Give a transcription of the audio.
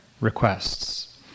requests